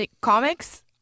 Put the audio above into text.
comics